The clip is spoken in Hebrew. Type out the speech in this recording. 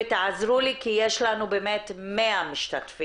ותעזרו לי כי יש לנו באמת 100 משתתפים,